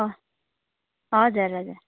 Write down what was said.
हजुर हजुर